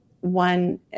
one